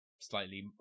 slightly